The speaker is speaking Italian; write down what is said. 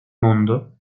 mondo